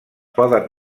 poden